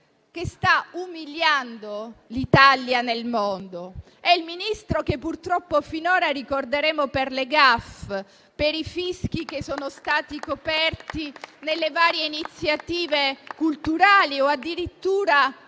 che sta umiliando l'Italia nel mondo: è il Ministro che, purtroppo, finora ricorderemo per le *gaffe* fatte, per i fischi ricevuti nelle varie iniziative culturali o addirittura